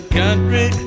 country